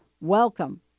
Welcome